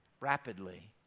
Rapidly